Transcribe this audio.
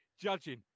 judging